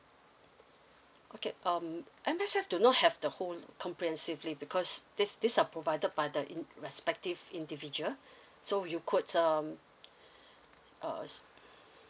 okay um I'm just do not have the whole comprehensively because this this uh provided by the inn respective individual so you could um uh